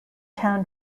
town